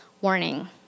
warning